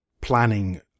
planning